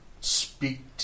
speak